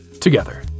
together